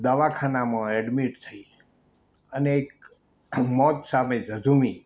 દવાખાનામાં એડમિટ થઈ અનેક મોત સામે જજૂમી